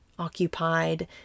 occupied